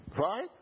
Right